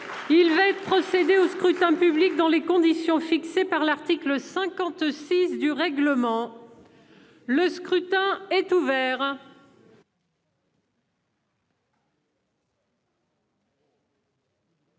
Il va être procédé. Scrutin public dans les conditions fixées par l'article 56 du règlement. Le scrutin est ouvert.